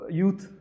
youth